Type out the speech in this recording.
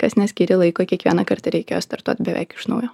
kas neskyrė laiko kiekvieną kartą reikėjo startuot beveik iš naujo